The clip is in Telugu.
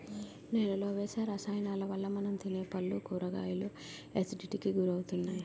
నేలలో వేసే రసాయనాలవల్ల మనం తినే పళ్ళు, కూరగాయలు ఎసిడిటీకి గురవుతున్నాయి